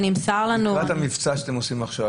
--- לטובת המבצע שאתם עושים עכשיו,